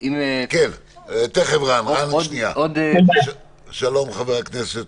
שלום, חבר הכנסת,